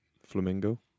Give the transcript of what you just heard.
Flamingo